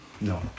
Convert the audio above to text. no